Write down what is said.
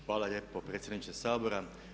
Hvala lijepo predsjedniče Sabora.